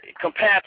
compared